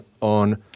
on